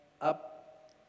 Up